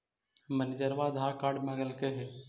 मैनेजरवा आधार कार्ड मगलके हे?